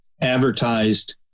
advertised